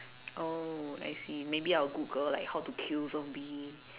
oh I see maybe I would Google like how to kill zombie